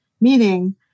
Meaning